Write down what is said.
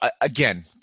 again